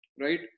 right